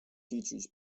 features